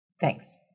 Thanks